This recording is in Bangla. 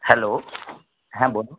হ্যালো হ্যাঁ বলুন